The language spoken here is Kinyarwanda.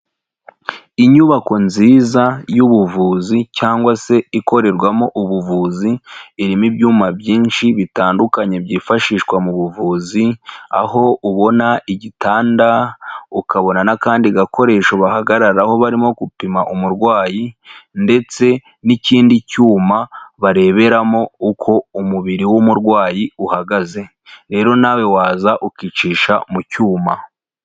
Inyubako nziza y'ubuvuzi cyangwa se ikorerwamo ubuvuzi, irimo ibyuma byinshi bitandukanye byifashishwa mu buvuzi, aho ubona igitanda, ukabona n'akandi gakoresho bahagararaho barimo gupima umurwayi, ndetse n'ikindi cyuma bareberamo uko umubiri w'umurwayi uhagaze, rero nawe waza ukicisha mu cyuma.